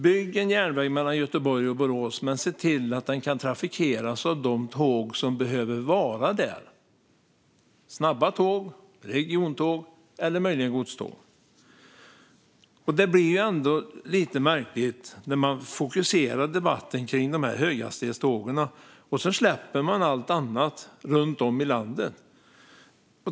Bygg en järnväg mellan Göteborg och Borås, men se till att den kan trafikeras av de tåg som behöver gå där - snabba tåg, regiontåg eller möjligen godståg! Det blir ändå lite märkligt när man fokuserar debatten på höghastighetstågen och släpper allt annat runt om i landet.